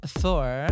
four